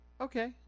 okay